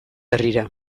herrira